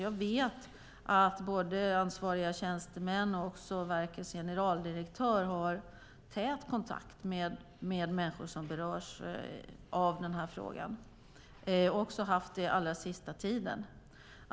Jag vet att både ansvariga tjänstemän och verkets generaldirektör har tät kontakt med människor som berörs av frågan, och har haft det den allra sista tiden.